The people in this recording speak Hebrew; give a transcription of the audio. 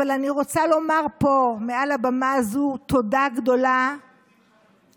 אבל אני רוצה לומר פה מעל הבמה הזו תודה גדולה לציבור,